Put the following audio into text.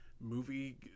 movie